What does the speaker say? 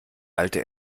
alte